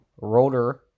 rotor